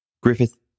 Griffith